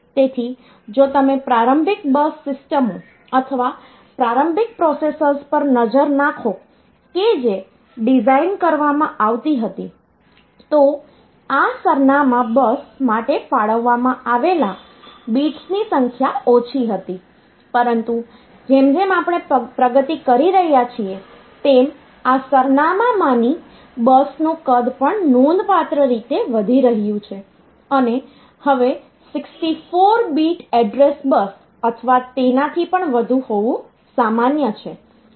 તેથી જો તમે પ્રારંભિક બસ સિસ્ટમો અથવા પ્રારંભિક પ્રોસેસર્સ પર નજર નાખો કે જે ડિઝાઇન કરવામાં આવી હતી તો આ સરનામાં બસ માટે ફાળવવામાં આવેલા બિટ્સની સંખ્યા ઓછી હતી પરંતુ જેમ જેમ આપણે પ્રગતિ કરી રહ્યા છીએ તેમ આ સરનામાંની બસનું કદ પણ નોંધપાત્ર રીતે વધી રહ્યું છે અને હવે 64 બીટ એડ્રેસ બસ અથવા તેનાથી પણ વધુ હોવું સામાન્ય છે